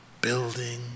building